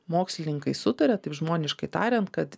mokslininkai sutaria taip žmoniškai tariant kad